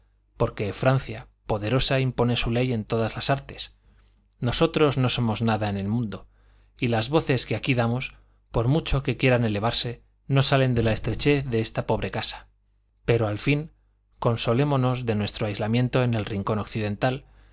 porque francia poderosa impone su ley en todas las artes nosotros no somos nada en el mundo y las voces que aquí damos por mucho que quieran elevarse no salen de la estrechez de esta pobre casa pero al fin consolémonos de nuestro aislamiento en el rincón occidental